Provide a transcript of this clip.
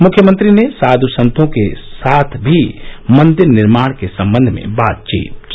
मुख्यमंत्री ने साध् संतों के साथ भी मंदिर निर्माण के संबंध में बातचीत की